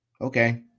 okay